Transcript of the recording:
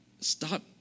stop